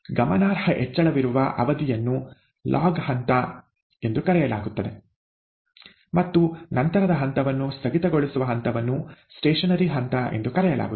ಗಮನಾರ್ಹ ಹೆಚ್ಚಳವಿರುವ ಅವಧಿಯನ್ನು ʼಲಾಗ್ ಹಂತʼ ಎಂದು ಕರೆಯಲಾಗುತ್ತದೆ ಮತ್ತು ನಂತರದ ಹಂತವನ್ನು ಸ್ಥಗಿತಗೊಳಿಸುವ ಹಂತವನ್ನು ʼಸ್ಟೇಶನರಿ ಹಂತʼ ಎಂದು ಕರೆಯಲಾಗುತ್ತದೆ